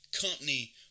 company